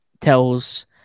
tells